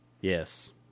yes